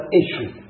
issue